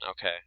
okay